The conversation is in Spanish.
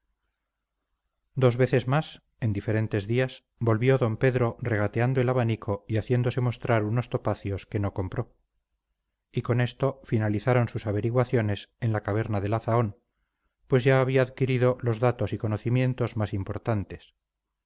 dos veces más en diferentes días volvió d pedro regateando el abanico y haciéndose mostrar unos topacios que no compró y con esto finalizaron sus averiguaciones en la caverna de la zahón pues ya había adquirido los datos y conocimientos más importantes